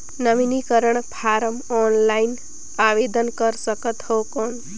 नवीनीकरण form offline आवेदन कर सकत हो कौन?